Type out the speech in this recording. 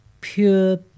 pure